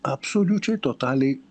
absoliučiai totaliai